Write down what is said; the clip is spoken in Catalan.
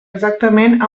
exactament